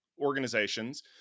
organizations